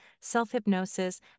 self-hypnosis